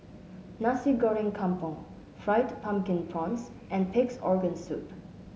Nasi Goreng Kampung Fried Pumpkin Prawns and Pig's Organ Soup